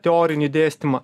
teorinį dėstymą